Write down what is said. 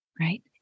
Right